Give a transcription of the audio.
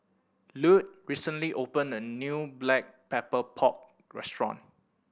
Lute recently opened a new Black Pepper Pork restaurant